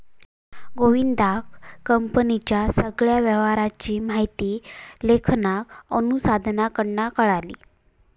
गोविंदका कंपनीच्या सगळ्या व्यवहाराची माहिती लेखांकन अनुसंधानाकडना कळली